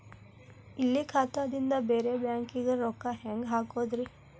ಇಲ್ಲಿ ಖಾತಾದಿಂದ ಬೇರೆ ಬ್ಯಾಂಕಿಗೆ ರೊಕ್ಕ ಹೆಂಗ್ ಹಾಕೋದ್ರಿ?